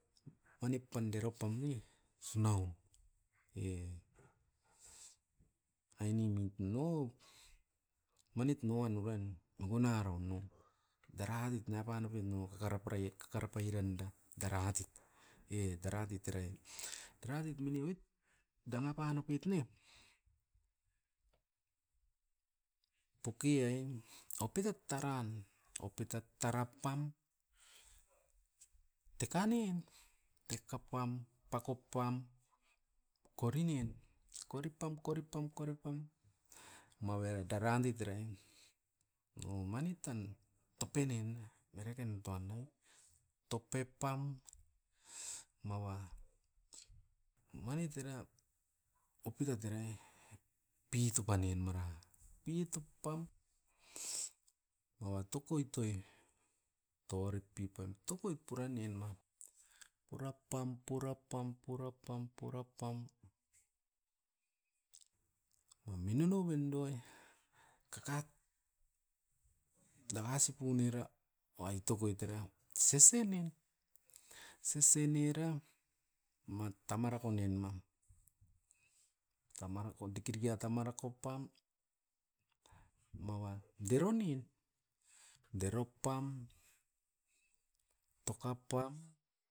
Mani pam deropam ne, sunau e ainemit nou manit nuan urain mikuna raun nu daratuit napan oupin nu kakara prai kakara pairan da daratit. E daratit era i, daratit mini oit dana pan oupit ne, poki ain oupitat taran. Oupitat tarapam, tekanin. Tekapam, pakopam bokorinian, koripam-koripam-koripam mauvera darandit era'i o manit tan topinin na eraken tuanu. Tope pam maua manit era opirat era'i pitop panen mara, pitop pam maua tokoitoi tauarip pipan, tokoit puranoin ma. Purapam-purapam-purapam-purapam waminu noven duai kakat dakasi pun era, uait tokoit era sese nin. Sese nira mat tamara konien mam, tamarako dikidiki a tamarako pam maua deronin, deropam, tokapam